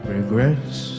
Regrets